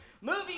movie